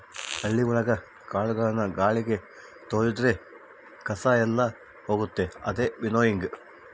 ಹಳ್ಳಿ ಒಳಗ ಕಾಳುಗಳನ್ನು ಗಾಳಿಗೆ ತೋರಿದ್ರೆ ಕಸ ಎಲ್ಲ ಹೋಗುತ್ತೆ ಅದೇ ವಿನ್ನೋಯಿಂಗ್